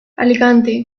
alicante